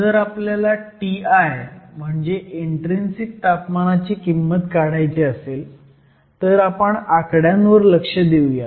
जर आपल्याला Ti म्हणजे इन्ट्रीन्सिक तापमानाची किंमत काढायची असेल तर आपण आकड्यांवर लक्ष देऊयात